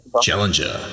Challenger